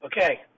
Okay